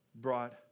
brought